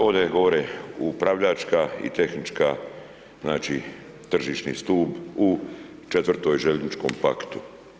Ovdje je gore upravljačka i tehnička znači tržišni stup u 4 željezničkom paktu.